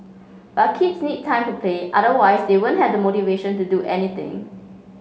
but kids need time to play otherwise they won't have the motivation to do anything